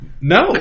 No